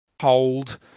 hold